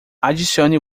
adicione